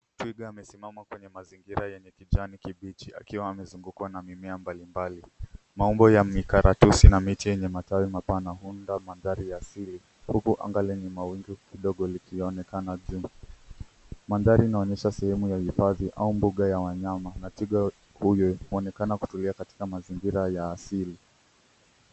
Twiga amesimama kwenye mazingira yenye kijani kibichi akiwa amezungukwa na mimea mbalimbali. Maumbo ya mikaratusi na miti yenye matawi mapana huunda mandhari ya asili, huku anga lenye mawingu kidogo likionekana juu. Mandhari inaonyesha sehemu ya hifadhi au mbuga ya wanyama na twiga huyu huonekana kutulia katika mazingira ya asili.